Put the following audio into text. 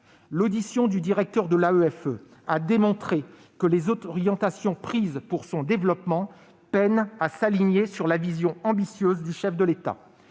L'audition du directeur de l'AEFE a démontré que les orientations prises pour son développement peinent à s'aligner sur la vision ambitieuse du chef de l'État.